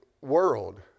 world